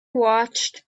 watched